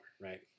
right